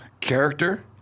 character